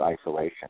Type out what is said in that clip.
isolation